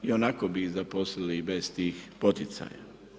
Ionako bi ih zaposlili i bez tih poticaja.